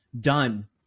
done